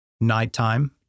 nighttime